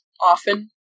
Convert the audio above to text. often